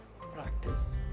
practice